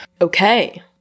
Okay